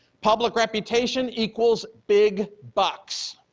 public reputation equals big bucks.